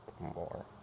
more